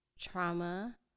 Trauma